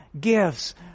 gifts